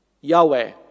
Yahweh